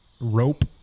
rope